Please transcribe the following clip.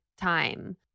time